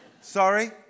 Sorry